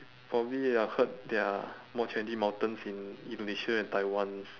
probably I heard there are more trendy mountains in indonesia and taiwan